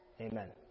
Amen